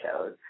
shows